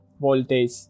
voltage